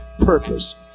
purpose